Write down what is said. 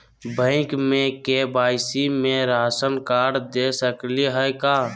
Bank में KYC में ration card दे सकली हई का?